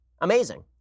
Amazing